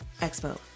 Expo